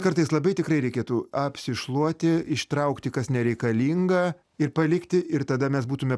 kartais labai tikrai reikėtų apsišluoti ištraukti kas nereikalinga ir palikti ir tada mes būtume